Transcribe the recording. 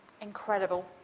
incredible